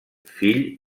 fill